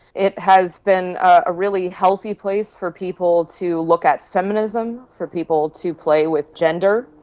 it has been a really healthy place for people to look at feminism, for people to play with gender.